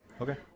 Okay